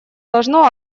должно